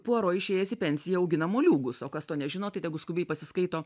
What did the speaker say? puaro išėjęs į pensiją augina moliūgus o kas to nežino tai tegu skubiai pasiskaito